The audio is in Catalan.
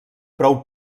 prou